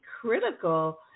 critical